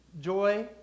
Joy